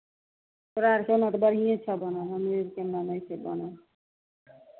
तोरा अरके ओन्नऽ तऽ बढ़िएँ छह बनल हमरे अरके एन्नऽ नहि छै बनल